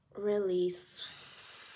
Release